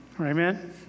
Amen